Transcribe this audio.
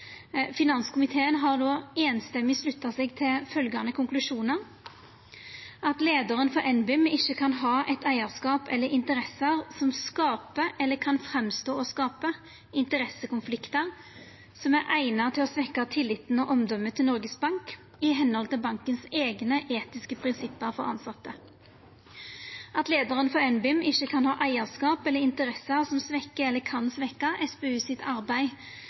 Finanskomiteen har då samrøystes slutta seg til følgjande konklusjonar: at leiaren for NBIM ikkje kan ha eit eigarskap eller interesser som skapar, eller kan framstå å skapa, interessekonfliktar som er eigna til å svekkja tilliten og omdømet til Noregs Bank, i samsvar med banken sine eigne etiske prinsipp for tilsette at leiaren for NBIM ikkje kan ha eigarskap eller interesser som svekkjer, eller kan svekkja, SPUs arbeid